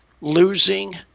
losing